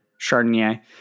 Chardonnay